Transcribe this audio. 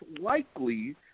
likely